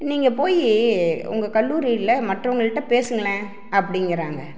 நீங்கள் போய் உங்கள் கல்லூரியில் மற்றவங்கள்கிட்ட பேசுங்களேன் அப்படிங்கிறாங்க